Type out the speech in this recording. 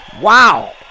wow